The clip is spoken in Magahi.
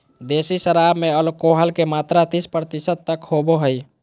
देसी शराब में एल्कोहल के मात्रा तीस प्रतिशत तक होबो हइ